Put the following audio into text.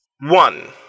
One